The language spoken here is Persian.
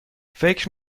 فکر